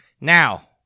now